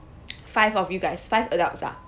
five of you guys five adults ah